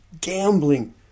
gambling